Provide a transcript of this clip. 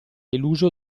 l’uso